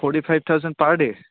forty five thousand per day